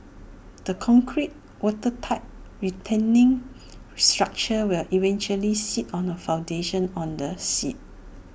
the concrete watertight retaining structure will eventually sit on A foundation on the sea